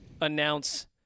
announce